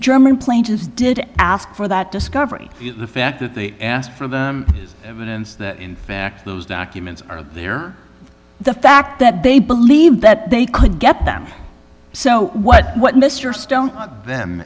german planes did ask for that discovery the fact that they asked for them is evidence that in fact those documents are there the fact that they believed that they could get them so what what mr stone the